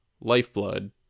lifeblood